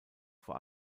vor